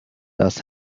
das